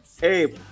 Hey